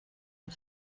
the